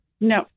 No